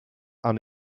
han